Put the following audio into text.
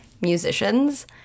musicians